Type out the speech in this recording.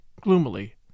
gloomily